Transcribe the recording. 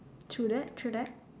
true that true that